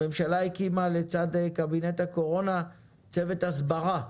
הממשלה הקימה לצד קבינט הקורונה צוות הסברה.